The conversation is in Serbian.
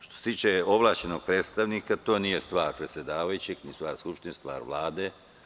Što se tiče ovlašćenog predstavnika, to nije stvar predsedavajućeg, stvar Skupštine, stvar Vlade.